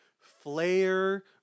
Flare